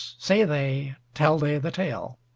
say they, tell they the tale